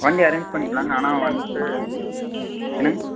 வண்டி அரேஞ் பண்ணிக்கலாங்க ஆனால் வந்ட்டு என்னங்க